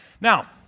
Now